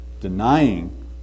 denying